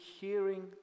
hearing